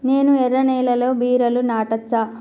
నేను ఎర్ర నేలలో బీరలు నాటచ్చా?